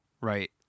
right